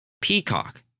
Peacock